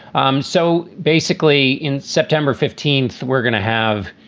um so basically in september fifteenth, we're going to have